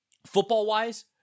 Football-wise